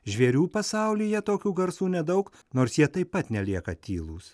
žvėrių pasaulyje tokių garsų nedaug nors jie taip pat nelieka tylūs